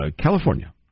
California